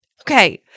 okay